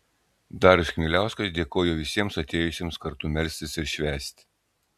darius chmieliauskas dėkojo visiems atėjusiems kartu melstis ir švęsti